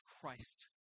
Christ